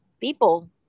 people